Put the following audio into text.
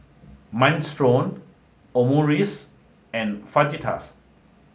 Minestrone Omurice and Fajitas